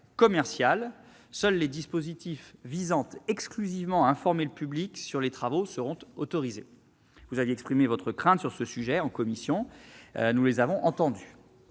commercial. Seuls les dispositifs visant exclusivement à informer le public sur les travaux seront autorisés. Vous aviez exprimé vos craintes sur ce sujet en commission ; nous les avons entendues.